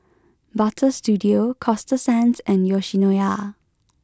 Butter Studio Coasta Sands and Yoshinoya